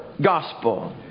gospel